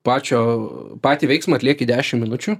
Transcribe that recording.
pačio patį veiksmą atlieki dešim minučių